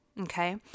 Okay